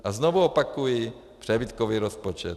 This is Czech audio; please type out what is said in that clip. A znovu opakuji, přebytkový rozpočet.